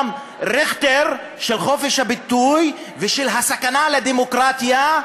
ריכטר של חופש הביטוי ושל הסכנה לדמוקרטיה,